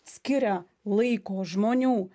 skiria laiko žmonių